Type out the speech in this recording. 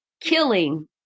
killing